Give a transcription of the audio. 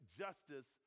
justice